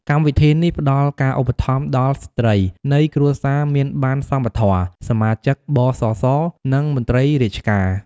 កម្មវិធីនេះផ្តល់ការឧបត្ថម្ភដល់ស្ត្រីនៃគ្រួសារមានបណ្ណសមធម៌ សមាជិក ប.ស.ស. និងមន្ត្រីរាជការ។